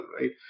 right